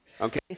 Okay